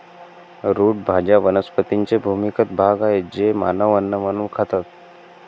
route भाज्या वनस्पतींचे भूमिगत भाग आहेत जे मानव अन्न म्हणून खातात